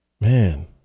Man